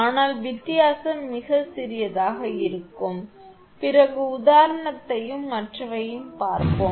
ஆனால் வித்தியாசம் மிகச் சிறியதாக இருக்கும் பிறகு உதாரணத்தையும் மற்றவற்றையும் பார்ப்போம்